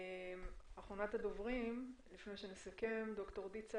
אחרונת הדוברים לפני שנסכם, ד"ר דיצה